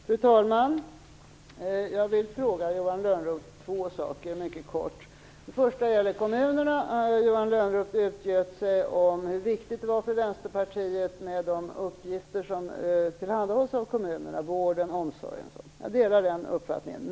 Fru talman! Jag vill mycket kort fråga Johan Lönnroth två saker. Det första gäller kommunerna, där Johan Lönnroth utgjutit sig om hur viktigt det var för Vänsterpartiet med de uppgifter som tillhandahålls av kommunerna, vården och omsorgen etc. Jag delar den uppfattningen.